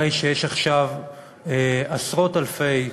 הרי שיש עכשיו עשרות אלפים,